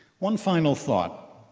one final thought,